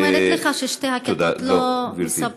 אני אומרת לך ששתי הכיתות לא מספקות,